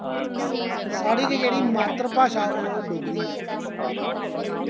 साढ़ी जेह्ड़ी मात्तरभाशा ओह् डोगरी ऐ